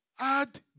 add